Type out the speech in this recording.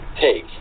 take